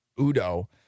Udo